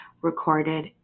recorded